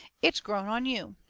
it's grown on you.